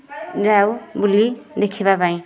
ଯାଉ ବୁଲି ଦେଖିବା ପାଇଁ